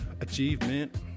achievement